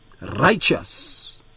righteous